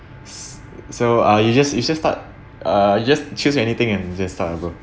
s~ so uh you just you just start uh just choose anything and just start over